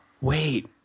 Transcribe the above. Wait